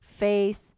faith